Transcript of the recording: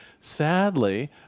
Sadly